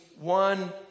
one